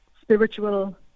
spiritual